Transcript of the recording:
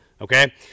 okay